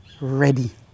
ready